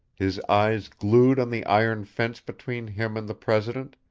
his eyes glued on the iron fence between him and the president,